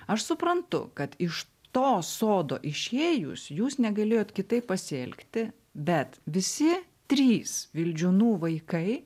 aš suprantu kad iš to sodo išėjus jūs negalėjot kitaip pasielgti bet visi trys vildžiūnų vaikai